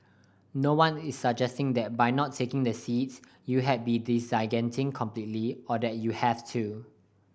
no one is suggesting that by not taking the seats you had be disengaging completely or that you have to